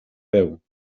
peu